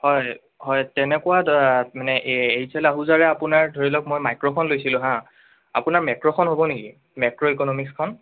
হয় হয় তেনেকুৱা মানে এইচ এল আহুজাৰে আপোনাৰ ধৰি লওক মই মাইক্ৰখন লৈছিলোঁ হাঁ আপোনাৰ মেক্ৰখন হ'ব নেকি মেক্ৰ ইকনমিক্সখন